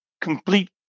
complete